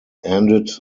ended